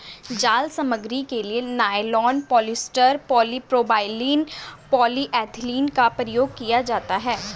जाल सामग्री के लिए नायलॉन, पॉलिएस्टर, पॉलीप्रोपाइलीन, पॉलीएथिलीन का उपयोग किया जाता है